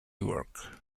work